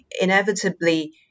inevitably